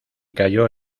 cayó